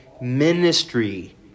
ministry